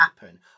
happen